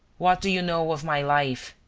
what do you know of my life?